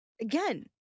Again